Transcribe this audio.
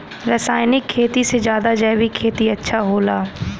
रासायनिक खेती से ज्यादा जैविक खेती अच्छा होला